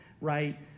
right